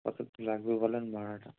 কত কী লাগবে বলুন ভাড়াটা